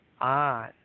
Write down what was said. on